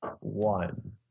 one